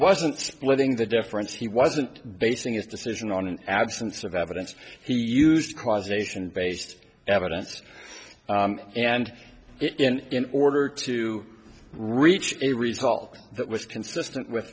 wasn't splitting the difference he wasn't basing his decision on an absence of evidence he used causation based evidence and in order to reach a result that was consistent with